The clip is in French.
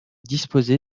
disposée